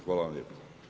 Hvala vam lijepa.